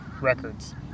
records